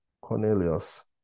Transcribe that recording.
Cornelius